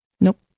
Nope